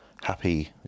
happy